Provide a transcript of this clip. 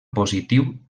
positiu